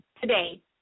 today